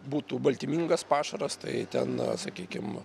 būtų baltymingas pašaras tai ten na sakykim